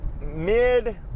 mid